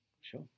sure